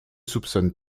soupçonnes